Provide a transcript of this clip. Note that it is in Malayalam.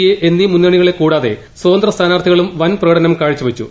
എ എന്നീ മുന്നണികളെ കൂടാതെ സ്വതന്ത്രസ്ഥാനാർത്ഥികളും വൻ പ്രകടനം കാഴ്ച വച്ചു